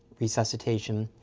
resuscitation,